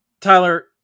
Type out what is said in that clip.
Tyler